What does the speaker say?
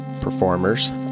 performers